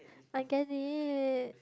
I get it